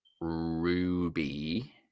Ruby